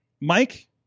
Mike